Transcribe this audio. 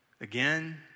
Again